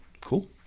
cool